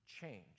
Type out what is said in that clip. change